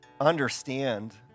understand